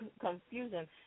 confusion